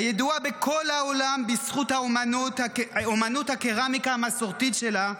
הידועה בכל העולם בזכות אומנות הקרמיקה המסורתית שלה,